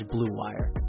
BlueWire